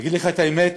אגיד לך את האמת,